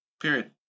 Period